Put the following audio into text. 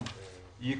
רוצים.